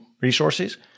resources